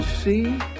see